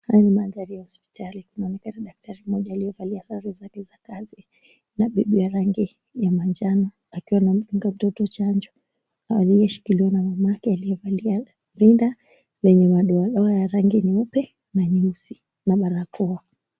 Haya ni mandhari ya hospitali kunaonekana daktari mmoja aliyevalia sare zake za kazi na buibui ya rangi ya manjano akiwa anamdunga mtoto chanjo aliyeshikiliwa na mamake aliyevalia rinda lenye madoadoa ya rangi nyeupe na nyeusi na barakoa.